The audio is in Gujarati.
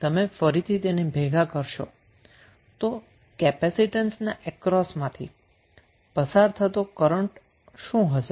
હવે જો તમે ફરીથી તેને ભેગા કરશો તો કેપેસિટન્સ ના અક્રોસ માંથી પસાર થતો કરન્ટ શું હશે